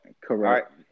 Correct